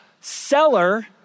seller